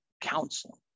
counseling